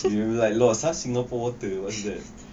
we was like lost asal singapore water what is that